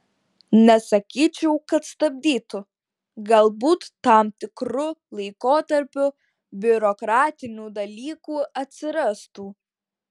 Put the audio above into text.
nesakyčiau kad stabdytų galbūt tam tikru laikotarpiu biurokratinių dalykų atsirastų